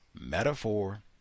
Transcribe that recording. Metaphor